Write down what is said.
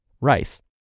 rice